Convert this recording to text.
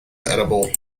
edible